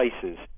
places